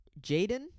Jaden